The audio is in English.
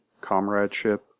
comradeship